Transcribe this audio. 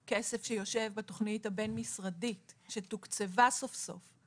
המון כסף שיושב לו בתוכנית הבין משרדית שתוקצבה סוף סוף.